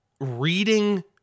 reading